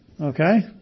okay